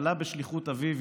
עלה בשליחות אביו,